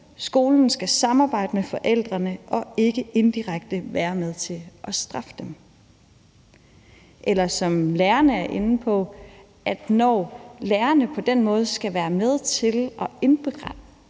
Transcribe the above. Skolen skal samarbejde med forældrene, og ikke indirekte være med til at straffe dem«. Lærerne er inde på, at når lærerne på den måde skal være med til at indberette,